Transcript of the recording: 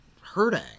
hurting